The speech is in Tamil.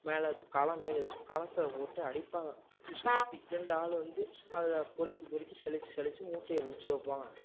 மேலே களம் மாரி இருக்கும் களத்தில் போட்டு அடிப்பாங்க வச்சு சுற்றி ரெண்டு ஆள் வந்து அதை பொருக்கி பொருக்கி சலிச்சு சலிச்சு மூட்டையை பிடிச்சி வைப்பாங்க